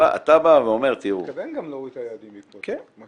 אתה בא ואומר --- הוא מתכוון גם להוריד את היעדים בעקבות זה.